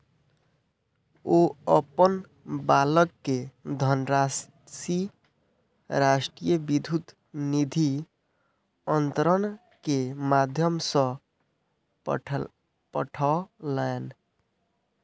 ओ अपन बालक के धनराशि राष्ट्रीय विद्युत निधि अन्तरण के माध्यम सॅ पठौलैन